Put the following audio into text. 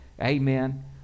Amen